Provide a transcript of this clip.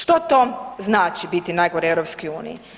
Što to znači biti najgori u EU?